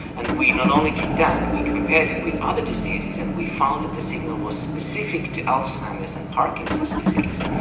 and we not only did that, we compared it with other diseases and we found that the signal was specific to alzheimer's and parkinson's disease,